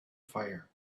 fire